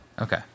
Okay